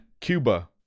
cuba